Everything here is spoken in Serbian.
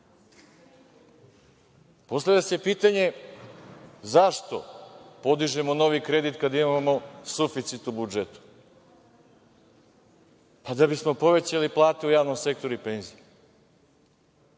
se pitanje zašto podižemo novi kredit kada imamo suficit u budžetu, pa da bismo povećali plate u javnom sektoru i penzije.